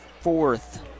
fourth